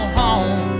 home